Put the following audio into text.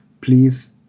please